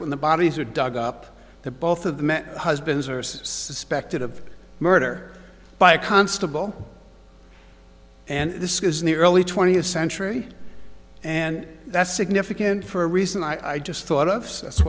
when the bodies are dug up the both of the husbands are suspected of murder by a constable and this is in the early twentieth century and that's significant for a reason i just thought